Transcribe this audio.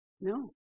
No